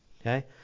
Okay